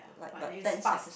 but is fast